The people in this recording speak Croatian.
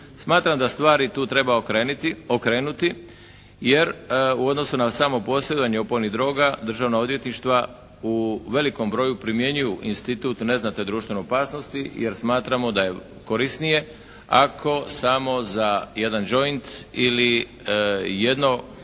Smatram da stvari tu treba okrenuti jer u odnosu na samo postojanje opojnih droga, Državna odvjetništva u velikom broju primjenjuju institut …/Govornik se ne razumije./… društvene opasnosti jer smatramo da je korisnije ako samo za jedan joint ili jedno